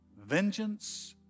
vengeance